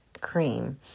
cream